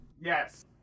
Yes